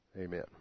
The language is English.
Amen